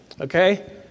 Okay